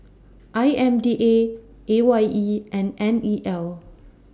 I M D A A Y E and N E L